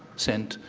sent,